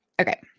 Okay